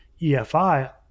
efi